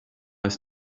ist